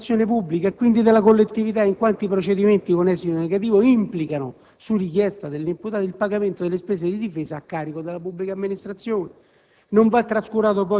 a carico dell'amministrazione pubblica, quindi della collettività, in quanto i procedimenti con esito negativo implicano, su richiesta dell'imputato, il pagamento delle spese di difesa a carico della pubblica amministrazione.